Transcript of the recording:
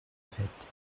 faite